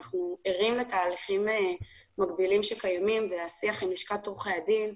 אנחנו ערים לתהליכים מקבילים שקיימים והשיח עם לשכת עורכי הדין,